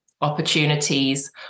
opportunities